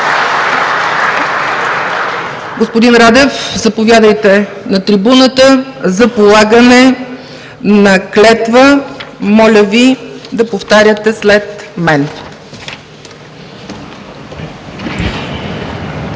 Господин Радев, заповядайте на трибуната за полагане на клетва. Моля Ви да повтаряте след мен.